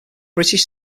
british